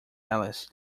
alice